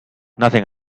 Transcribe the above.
nothing